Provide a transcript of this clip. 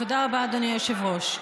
תודה רבה, אדוני היושב-ראש.